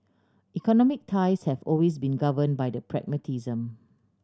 economic ties have always been govern by pragmatism